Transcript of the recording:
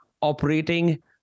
operating